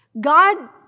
God